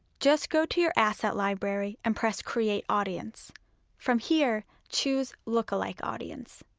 just go to your asset library and press create audience from here, choose lookalike audience